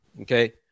Okay